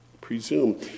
presume